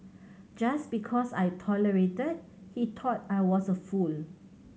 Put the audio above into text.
just because I tolerated he thought I was a fool